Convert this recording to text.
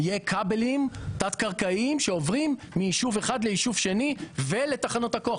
יהיו כבלים תת קרקעיים שעוברים מישוב אחד לישוב שני ולתחנות הכוח,